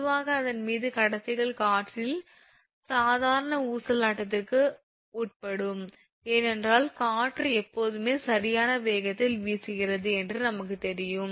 பொதுவாக அதன் மீது கடத்திகள் காற்றில் சாதாரண ஊசலாட்டத்திற்கு உட்படும் ஏனென்றால் காற்று எப்போதுமே சரியான வேகத்தில் வீசுகிறது என்று நமக்குத் தெரியும்